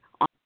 on